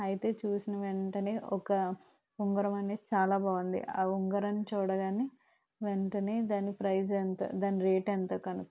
అయితే చుసిన వెంటనే ఒక ఉంగరం అనేది చాలా బాగుంది ఆ ఉంగరం చూడగానే వెంటనే దాని ప్రెస్ ఎంత దాని రేట్ ఎంత కనుక్కున్నాను